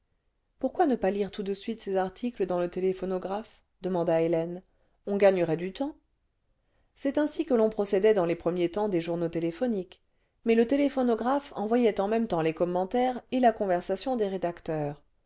pourquoi ne pas lire tout de suite ces articles dans le téléphonographe demanda hélène on gagnerait du temps c'est ainsi que l'on procédait dans les premiers temps des journaux téléphoniques mais le téléphonographe envoyait en même temps les commentaires et la conversation des rédacteurs